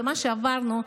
ומה שעברנו,